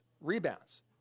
rebounds